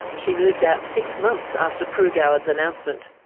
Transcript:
she moved out six months after pru goward's announcement.